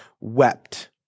wept